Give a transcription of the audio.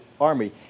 army